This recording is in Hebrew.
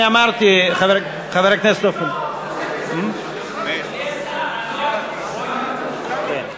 אני אמרתי, חבר הכנסת, יש עתיד, אדוני השר,